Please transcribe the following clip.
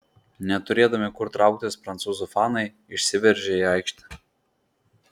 neturėdami kur trauktis prancūzų fanai išsiveržė į aikštę